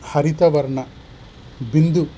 हरितवर्णबिन्दुः